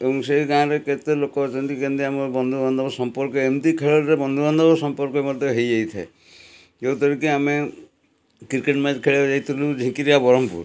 ଏବଂ ସେ ଗାଁରେ କେତେ ଲୋକ ଅଛନ୍ତି କେମତି ଆମର ବନ୍ଧୁବାନ୍ଧବ ସମ୍ପର୍କ ଏମତି ଖେଳରେ ବନ୍ଧୁବାନ୍ଧବ ସମ୍ପର୍କ ମଧ୍ୟ ହେଇ ଯାଇଥାଏ ଯେଉଁଥିରେ କି ଆମେ କ୍ରିକେଟ୍ ମ୍ୟାଚ୍ ଖେଳିବାକୁ ଯାଇଥିଲୁ ଝିଙ୍କିରିଆ ବ୍ରହ୍ମପୁର